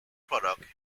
product